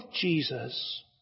Jesus